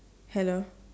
hello